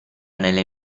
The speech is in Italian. nelle